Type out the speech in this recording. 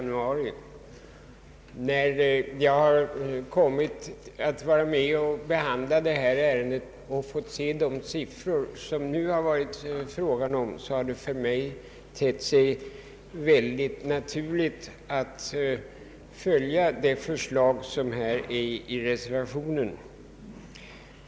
När jag nu vid behandlingen av detta ärende fått se de siffror som lagts fram, har det för mig tett sig naturligt att följa det förslag som framförs i reservationen.